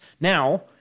Now